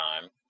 time